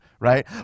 Right